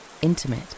intimate